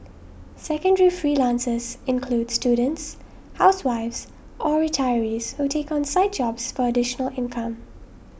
secondary freelancers include students housewives or retirees who take on side jobs for additional income